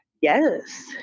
Yes